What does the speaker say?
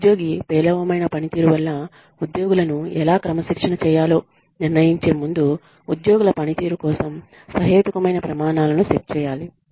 ఉద్యోగి పేలవమైన పనితీరు వల్ల ఉద్యోగులను ఎలా క్రమశిక్షణ చేయాలో నిర్ణయించే ముందు ఉద్యోగుల పనితీరు కోసం సహేతుకమైన ప్రమాణాలను సెట్ చేయాలి